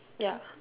ya